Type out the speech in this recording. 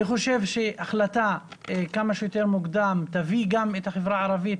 אני חושב שהחלטה כמה שיותר מוקדם תביא גם את החברה הערבית